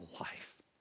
life